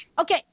Okay